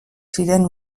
ziren